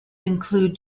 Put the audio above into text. include